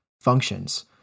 functions